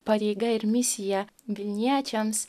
pareiga ir misija vilniečiams